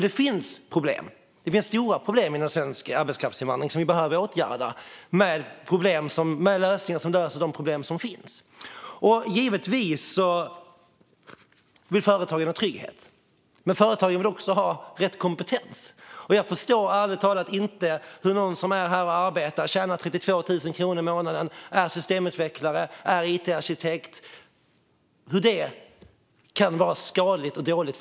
Det finns stora problem inom svensk arbetskraftsinvandring, som vi behöver åtgärda med lösningar som riktar in sig på just de problemen. Givetvis vill företagen ha trygghet. Men de vill också ha rätt kompetens. Jag förstår ärligt talat inte hur det kan vara skadligt och dåligt för Sverige att någon är här och arbetar som systemutvecklare eller it-arkitekt och tjänar 32 000 kronor i månaden.